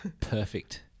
perfect